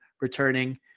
returning